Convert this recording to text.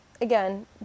again